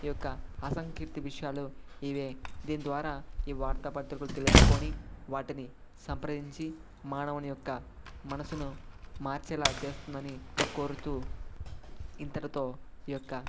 ఈ యొక్క అసంకీర్తి విషయాలు ఇవే దీని ద్వారా ఈ వార్త పత్రికలు తెలుసుకొని వాటిని సంప్రదించి మానవుని యొక్క మనసును మార్చేలా చేస్తుందని కోరుతూ ఇంతటితో ఈ యొక్క